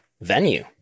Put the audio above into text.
venue